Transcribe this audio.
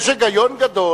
יש היגיון גדול